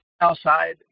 Outside